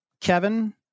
Kevin